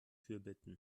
fürbitten